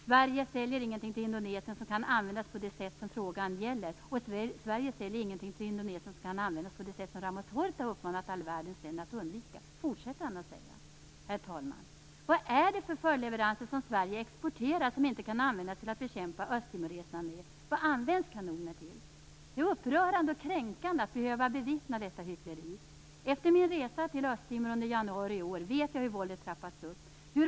"Sverige säljer ingenting till Indonesien som kan användas på det sätt som frågan gäller, och Sverige säljer ingenting till Indonesien som kan användas på det sätt som Ramos Horta har uppmanat all världens länder att undvika" fortsätter han att säga. Herr talman! Vad är det för följdleveranser som Sverige exporterar som inte kan användas till att bekämpa östtimoreserna? Vad används kanoner till? Det är upprörande och kränkande att behöva bevittna detta hyckleri. Efter min resa till Östtimor i januari i år vet jag hur våldet trappats upp.